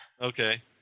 Okay